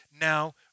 now